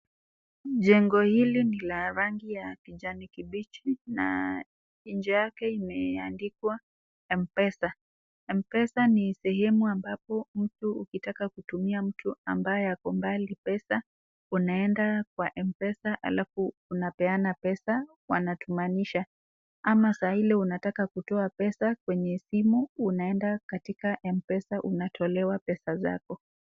Jengo hili ni la rangi ya kijani kibichi na inje yake imeandikwa mpesa. Mpesa ni sehemu ambapo mtu ukitaka kutumia mtu ambaye ako mbali pesa unaenda kwa mpesa alafu unapeana pesa wanatumanisha ama saa ile unataka kutoa pesa kwenye simu unaenda katika mpesa unatolewa pesa zako.